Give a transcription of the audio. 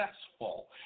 successful